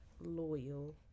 loyal